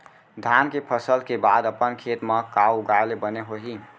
धान के फसल के बाद अपन खेत मा का उगाए ले बने होही?